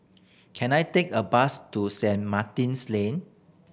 can I take a bus to Saint Martin's Lane